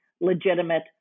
legitimate